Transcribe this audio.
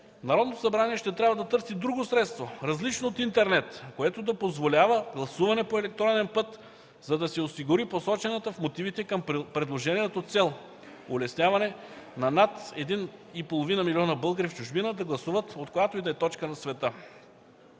Народното събрание ще трябва да търси друго средство, различно от интернет, което да позволява гласуване по електронен път, за да се осигури посочената в мотивите към предложението цел улесняване на 1,5 милиона българи в чужбина да гласуват, от която и да е точка на света.